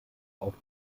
auch